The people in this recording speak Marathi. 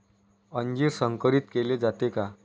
अंजीर संकरित केले जाते का?